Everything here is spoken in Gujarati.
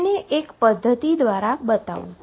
તેને એક પધ્ધતિ દ્વારા તેને બતાવવું